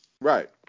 Right